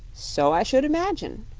so i should imagine,